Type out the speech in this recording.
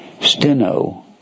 Steno